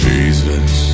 Jesus